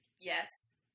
yes